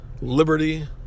liberty